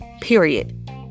Period